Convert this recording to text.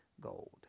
gold